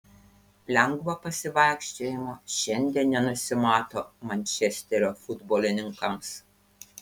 lengvo pasivaikščiojimo šiandien nenusimato mančesterio futbolininkams